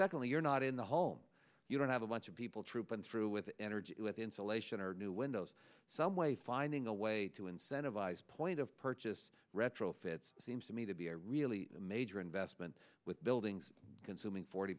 secondly you're not in the home you don't have a bunch of people troop on through with energy with insulation or new windows some way finding a way to incentivize point of purchase retrofits seems to me to be a really major investment with buildings consuming forty